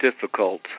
difficult